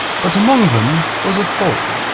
but among them was a foal,